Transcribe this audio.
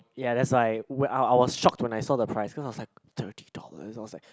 ya that's why wh~ I I was shocked when I saw the price cause I was like thirty dollars I was like